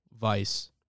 vice